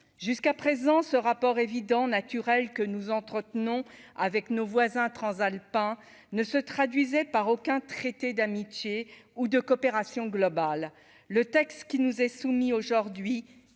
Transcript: jusqu'à présent, ce rapport évident, naturel que nous entretenons avec nos voisins transalpins ne se traduisait par aucun traité d'amitié ou de coopération globale, le texte qui nous est soumis aujourd'hui